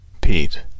Pete